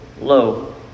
low